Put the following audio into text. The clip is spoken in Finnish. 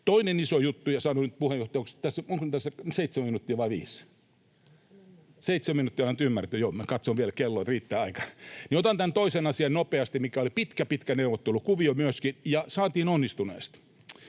Toinen iso juttu... — Puheenjohtaja, onko tässä seitsemän minuuttia vai viisi? — Seitsemän minuuttia on annettu ymmärtää, joo. Katsoin vielä kelloa, että riittää aika. — Otan nopeasti tämän toisen asian, missä oli pitkä, pitkä neuvottelukuvio myöskin, ja saatiin onnistuneesti.